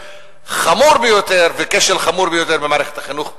חמור ביותר וכשל חמור ביותר במערכת החינוך בישראל.